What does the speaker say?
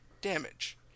damage